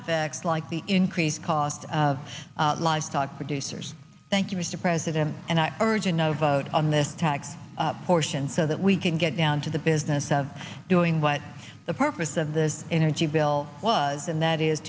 effects like the increased cost of livestock producers thank you mr president and i originally vote on this tax portion so that we can get down to the business of doing what the purpose of the energy bill was and that is